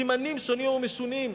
בסימנים שונים ומשונים,